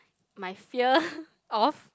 my fear of